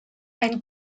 ein